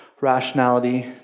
rationality